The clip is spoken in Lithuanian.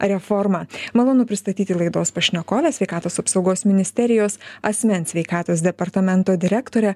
reformą malonu pristatyti laidos pašnekovę sveikatos apsaugos ministerijos asmens sveikatos departamento direktorę